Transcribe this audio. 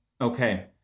Okay